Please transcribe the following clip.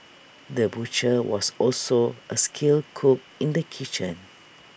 the butcher was also A skilled cook in the kitchen